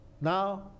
Now